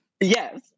Yes